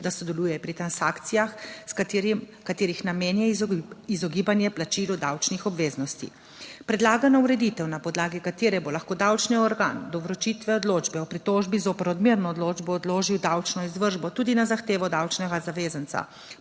da sodeluje pri transakcijah, katerih namen je izogibanje plačilu davčnih obveznosti. Predlagana ureditev, na podlagi katere bo lahko davčni organ do vročitve odločbe o pritožbi zoper odmerno odločbo odložil davčno izvršbo tudi na zahtevo davčnega zavezanca